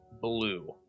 Blue